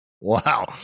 Wow